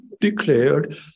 declared